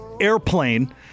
airplane